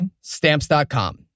Stamps.com